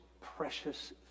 precious